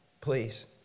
please